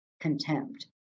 contempt